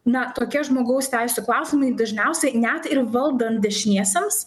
na tokie žmogaus teisių klausimai dažniausiai net ir valdant dešiniesiems